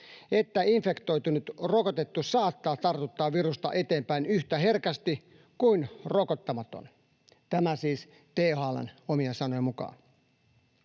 että infektoitunut rokotettu saattaa tartuttaa virusta eteenpäin yhtä herkästi kuin rokottamaton. Tämä siis THL:n omien sanojen mukaan.